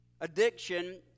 addiction